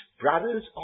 brothers